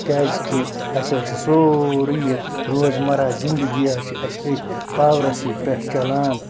کیٛازِکہِ اَسہِ حظ چھِ سورُے یہِ روزمَرہ زِندگی حظ چھِ اَسہِ أتھۍ پاورَسٕے پٮ۪ٹھ چَلان